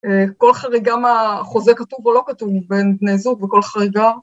כל חריגה מהחוזה כתוב או לא כתוב בין תנאי זוג וכל חריגה